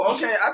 Okay